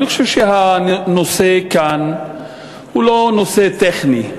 אני חושב שהנושא כאן הוא לא נושא טכני.